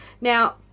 Now